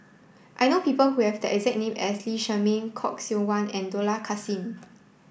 I know people who have the exact name as Lee Shermay Khoo Seok Wan and Dollah Kassim